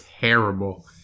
terrible